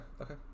okay